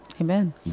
Amen